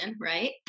right